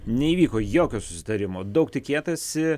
neįvyko jokio susitarimo daug tikėtasi